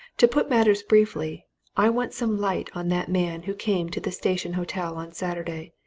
to put matters briefly i want some light on that man who came to the station hotel on saturday,